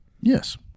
Yes